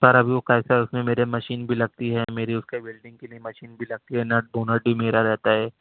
سر ابھی وہ کیسا ہے اس میں میری مشین بھی لگتی ہے میری اس کی ویلڈنگ کے لیے مشین بھی لگتی ہے نٹ بو نٹ بھی میرا رہتا ہے